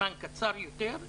בזמן קצר יותר,